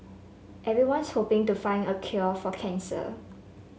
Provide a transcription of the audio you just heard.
everyone's hoping to find a cure for cancer